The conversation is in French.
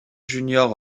junior